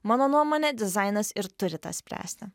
mano nuomone dizainas ir turi tą spręsti